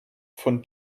von